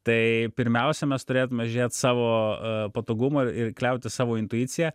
tai pirmiausia mes turėtum žiūrėt savo patogumą ir kliautis savo intuicija